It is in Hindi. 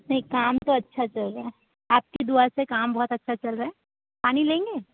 नहीं काम तो अच्छा चल रहा है आप की दुआ से काम बहुत अच्छा चल रहा है पानी लेंगे